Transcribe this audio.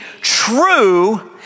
true